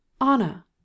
Anna